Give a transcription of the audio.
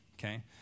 Okay